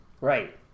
Right